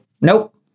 nope